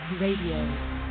Radio